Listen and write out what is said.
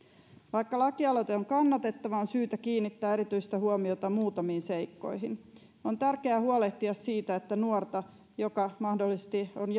vaikka lakialoite on kannatettava on syytä kiinnittää erityistä huomiota muutamiin seikkoihin on tärkeää huolehtia siitä että nuorta joka mahdollisesti on